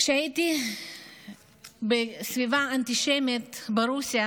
כשהייתי בסביבה אנטישמית ברוסיה